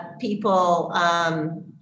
people